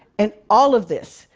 and all of this,